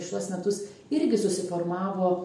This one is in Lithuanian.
šiuos metus irgi susiformavo